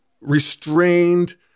restrained